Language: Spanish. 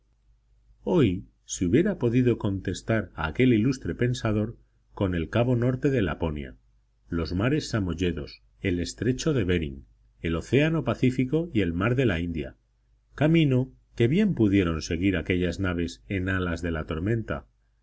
hoy se hubiera podido contestar a aquel ilustre pensador con el cabo norte de laponia los mares samoyedos el estrecho de bhering el océano pacífico y el mar de la india camino que bien pudieron seguir aquellas naves en alas de la tormenta